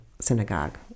synagogue